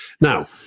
now